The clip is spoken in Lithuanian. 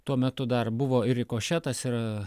tuo metu dar buvo ir rikošetas ir